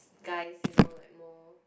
guys you know like more